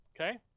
Okay